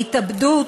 ההתאבדות